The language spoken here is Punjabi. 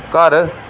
ਘਰ